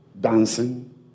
dancing